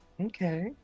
Okay